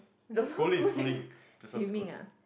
schooling schooling Joseph-Schooling